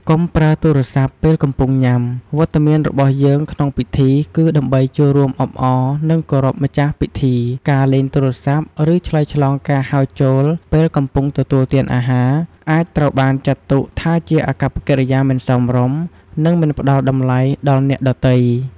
កុំប្រើទូរសព្ទពេលកំពុងញ៉ាំ វត្តមានរបស់យើងក្នុងពិធី គឺដើម្បីចូលរួមអបអរ និងគោរពម្ចាស់ពិធីការលេងទូរសព្ទ ឬឆ្លើយការហៅចូលពេលកំពុងទទួលទានអាហារ អាចត្រូវបានចាត់ទុកថាជាអាកប្បកិរិយាមិនសមរម្យ និងមិនផ្ដល់តម្លៃដល់អ្នកដទៃ។